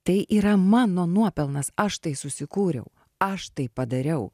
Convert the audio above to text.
tai yra mano nuopelnas aš tai susikūriau aš tai padariau